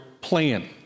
plan